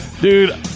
Dude